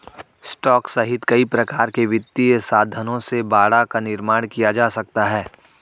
stock सहित कई प्रकार के वित्तीय साधनों से बाड़ा का निर्माण किया जा सकता है